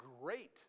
great